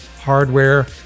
hardware